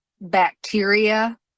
bacteria